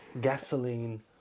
gasoline